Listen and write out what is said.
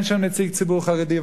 אין שם נציג ציבור חרדי,